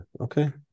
okay